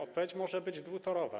Odpowiedź może być dwutorowa.